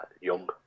young